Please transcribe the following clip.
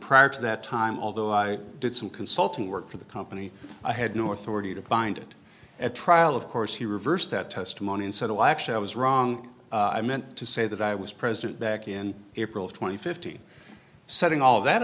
prior to that time although i did some consulting work for the company i had north already defined it at trial of course he reversed that testimony and said i'll actually i was wrong i meant to say that i was president back in april twenty fifty setting all that